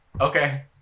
Okay